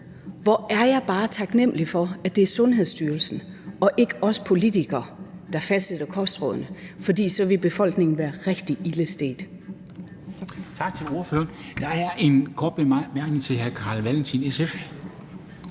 Hvor er jeg bare taknemlig for, at det er Sundhedsstyrelsen og ikke os politikere, der fastsætter kostrådene, for så ville befolkningen være rigtig ilde stedt.